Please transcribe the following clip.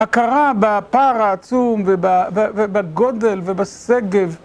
הכרה בפער העצום ובגודל ובשגב